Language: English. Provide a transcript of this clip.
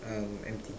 um empty